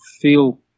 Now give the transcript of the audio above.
feel